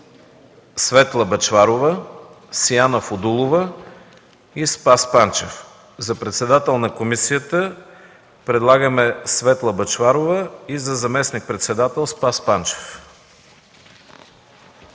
Светла Бъчварова, Сияна Фудулова и Спас Панчев. За председател на комисията предлагаме Светла Бъчварова и за заместник-председател – Спас Панчев.